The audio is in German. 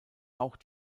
auch